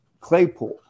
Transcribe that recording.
Claypool